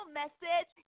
message